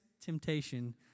temptation